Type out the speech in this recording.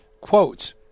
quote